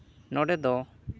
ᱱᱚᱰᱮ ᱫᱚ